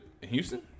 Houston